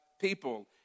people